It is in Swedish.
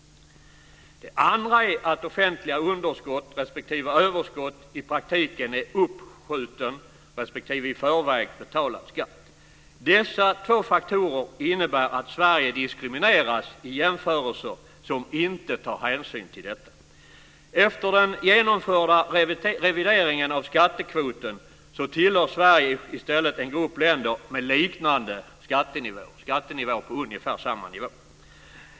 Den andra är att offentliga underskott respektive överskott i praktiken är uppskjuten respektive i förväg betalad skatt. Dessa två faktorer innebär att Sverige diskrimineras i jämförelser som inte tar hänsyn till detta. Efter den genomförda revideringen av skattekvoten tillhör Sverige i stället en grupp länder med liknande skattenivåer.